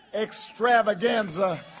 extravaganza